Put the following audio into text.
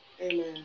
Amen